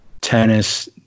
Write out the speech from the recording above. tennis